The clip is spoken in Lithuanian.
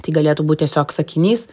tai galėtų būt tiesiog sakinys